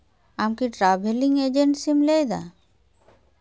ᱟᱢ ᱠᱤ ᱴᱨᱟᱵᱷᱮᱞᱤᱝ ᱮᱡᱮᱱᱥᱤᱢ ᱞᱟᱹᱭ ᱫᱟ